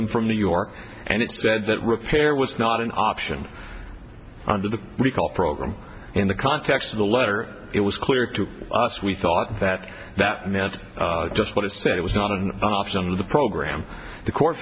them from new york and it's said that repair was not an option under the recall program in the context of the letter it was clear to us we thought that that meant just what it said it was not and some of the program the court